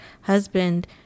husband